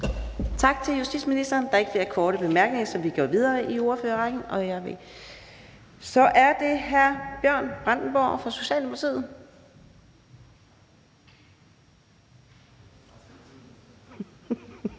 Tak til justitsministeren. Der er ikke flere korte bemærkninger. Vi går videre til ordførerrækken, og så er det hr. Bjørn Brandenborg fra Socialdemokratiet.